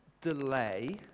delay